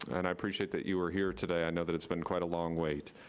and i appreciate that you were here today. i know that it's been quite a long wait.